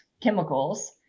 chemicals